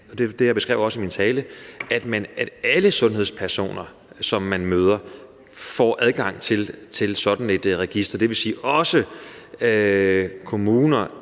og det beskrev jeg også i min tale – at alle sundhedspersoner, som man møder, får adgang til sådan et register, dvs. også kommuner,